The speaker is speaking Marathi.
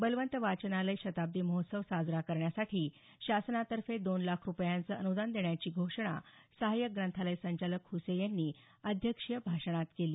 बलवंत वाचनालय शताब्दी महोत्सव साजरा करण्यासाठी शासनातर्फे दोन लाख रुपयांच अनुदान देण्याची घोषणा सहायक ग्रंथालय संचालक हसे यांनी अध्यक्षीय भाषणात केली